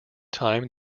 time